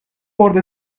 برد